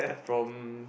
from